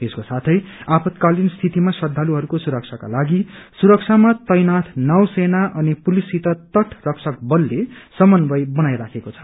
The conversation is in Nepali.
यसको साथै आपतकालिन स्थितिमा श्रद्धालुहरूको सुरक्षाको लागि सुरक्षामा तैनाथै नौ सेना अनि पुलिससित तट रक्षक बलले समन्वय बनाइराखेको छ